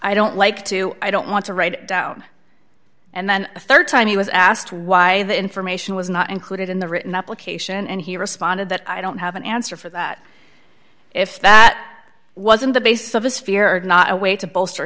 i don't like to i don't want to write it down and then the rd time he was asked why the information was not included in the written application and he responded that i don't have an answer for that if that wasn't the basis of his fear not a way to bolster